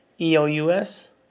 E-O-U-S